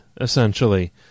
essentially